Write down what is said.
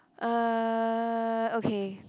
uh okay